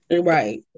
Right